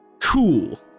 Cool